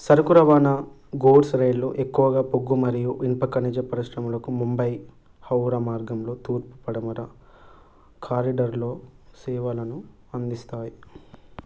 సరుకు రవాణా గూడ్స్ రైల్లు ఎక్కువగా బొగ్గు మరియు ఇనుప ఖనిజ పరిశ్రమలకు ముంబై హౌర మార్గంలో తూర్పు పడమర కారిడర్లో సేవలను అందిస్తాయి